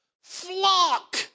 flock